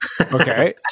Okay